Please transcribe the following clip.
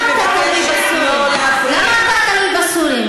בוא ונלך ביחד,